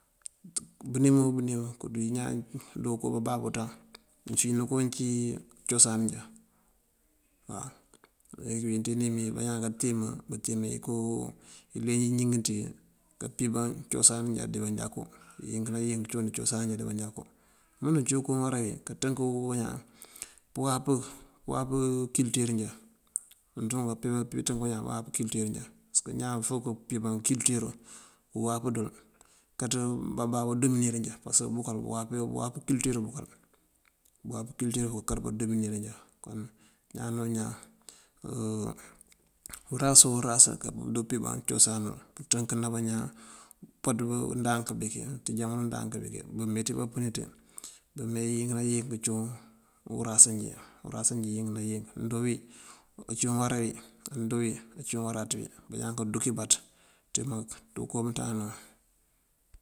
Bënim o bënim koowín ñaan dooko bababú ţañ uncína kooncí wí cosan njá waw. Leegi ţí inim iyí bañaan kantíima buntíima inkoo ileenj iñingiţ iyí kampiban cosan njá dí manjakú inkëna yënk cíwun cosan njá manjakú. Umënţun cíwun koo uwará wí kanţënk wun bañaan pëwáap pëwáap kulëtur njá manjaká. Umënţa wun kape pënţënk bañaan pëwáap kulëtur njá. Pasëk ñaan fok këpímba kulëturu, këwáap dël, kaţu bababú dominir njá pasëk bëkël bëwáap bewáap kulëtur bëkël, bewáap kulëtur bëkël abadominir njá. Kon ñaan o ñaan, urasa o rasa aka pëdupíban cosan nël pënţënkëna bañaan. Umpaţ ndank bíki ţí jamano ndank bënki bumeeţi nampëni ţí. Bumee nayink nayink cíwun urase njí urase njí yink yink cíwun uwarasá injí nëdoo wí cíwun uwara wi, nëdoo wí cíwun uwaráaţ wí. Bañaan kanduk ibaţ ţí koo umënţandana wun.